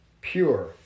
pure